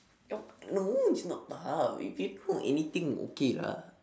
you no it's not tough if you know anything okay lah